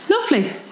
lovely